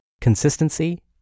consistency